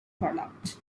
product